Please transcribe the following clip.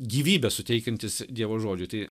gyvybę suteikiantis dievo žodžiui tai